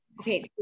Okay